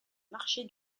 marché